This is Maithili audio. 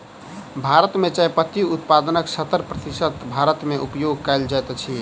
भारत मे चाय पत्ती उत्पादनक सत्तर प्रतिशत भारत मे उपयोग कयल जाइत अछि